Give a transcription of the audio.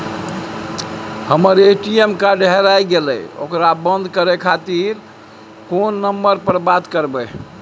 हमर ATM card हेराय गेले ओकरा बंद करे खातिर केना नंबर पर बात करबे?